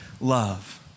love